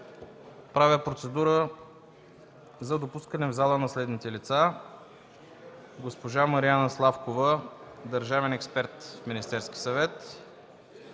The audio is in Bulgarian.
предложение за допускане в залата на следните лица: госпожа Мариана Славкова – държавен експерт в Министерски съвет,